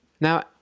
Now